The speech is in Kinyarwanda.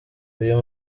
uyu